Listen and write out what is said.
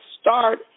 start